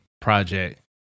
project